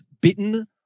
bitten